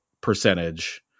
percentage